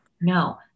no